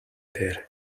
дээр